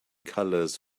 colors